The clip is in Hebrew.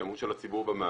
זה האמון של הציבור במערכת